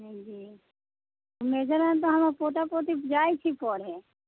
जी हमर पोता पोती जाइ छै पढ़ै